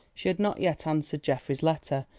she had not yet answered geoffrey's letter,